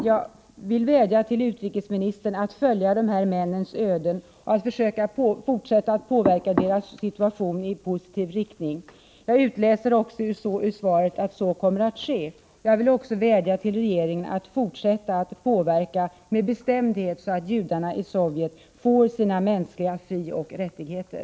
Jag vill vädja till utrikesministern att följa de här männens öden och att försöka fortsätta påverka deras situation i positiv riktning. Jag utläser ur svaret att så kommer att ske. Jag vill också vädja till regeringen att fortsätta att påverka med bestämdhet, så att judarna i Sovjet får sina mänskliga frioch rättigheter.